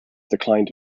declined